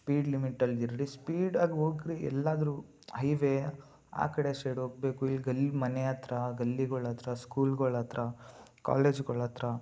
speed ಲಿಮಿಟಲ್ಲಿರಲಿ speed ಆಗಿ ಹೋಗ್ರಿ ಎಲ್ಲಾದರು ಹೈವೇ ಆ ಕಡೆ ಸೈಡ್ ಹೋಗ್ಬೇಕು ಈ ಗಲ್ಲಿ ಮನೆ ಹತ್ರ ಗಲ್ಲಿಗಳತ್ರ ಸ್ಕೂಲ್ಗಳತ್ರ ಕಾಲೇಜ್ಗಳತ್ರ